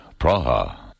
Praha